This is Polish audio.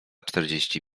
czterdzieści